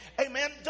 Amen